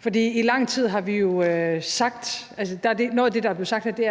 sagt her,